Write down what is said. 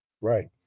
Right